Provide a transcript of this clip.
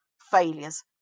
failures